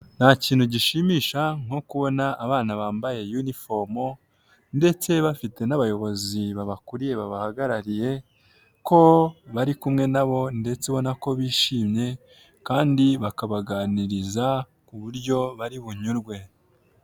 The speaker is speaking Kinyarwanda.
Nta kintu gishimisha nko kubona abana bambaye yunifomo ndetse bafite n'abayobozi babakuriye babahagarariye ko bari kumwe nabo ndetse ubona ko bishimye kandi bakabaganiriza ku buryo bari bunyurwe.